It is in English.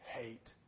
hate